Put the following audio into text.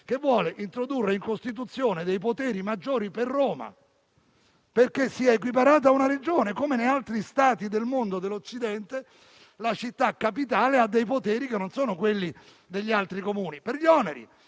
che vuole introdurre in Costituzione dei poteri maggiori per Roma, affinché venga equiparata ad una Regione. Come in altri Stati del mondo, dell'Occidente, la città capitale ha dei poteri che non sono quelli degli altri Comuni: per gli oneri,